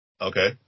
Okay